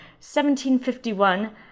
1751